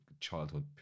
childhood